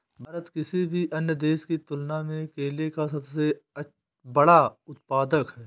भारत किसी भी अन्य देश की तुलना में केले का सबसे बड़ा उत्पादक है